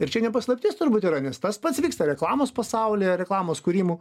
ir čia ne paslaptis turbūt yra nes tas pats vyksta reklamos pasaulyje reklamos kūrimu